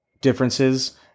differences